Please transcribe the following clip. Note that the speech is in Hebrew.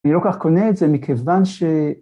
‫אני לא כל כך קונה את זה ‫מכיוון ש...